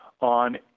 on